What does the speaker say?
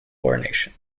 coronation